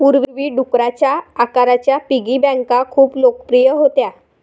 पूर्वी, डुकराच्या आकाराच्या पिगी बँका खूप लोकप्रिय होत्या